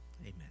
Amen